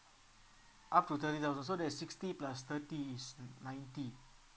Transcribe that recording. up to thirty thousand so that is sixty plus thirty is ninety